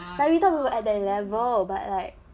but we thought we were at their level but like